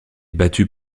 battue